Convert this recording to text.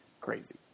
crazy